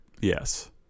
Yes